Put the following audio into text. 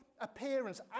appearance